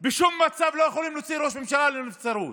בשום מצב לא יכולים להוציא ראש ממשלה לנבצרות.